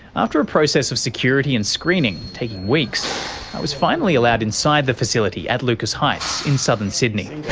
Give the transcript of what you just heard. after a process of security and screening, taking weeks, i was finally allowed inside the facility at lucas heights in southern sydney.